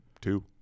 two